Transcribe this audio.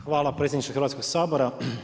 Hvala predsjedniče Hrvatskog sabora.